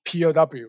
POW